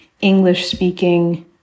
English-speaking